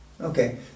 Okay